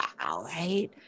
right